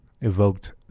evoked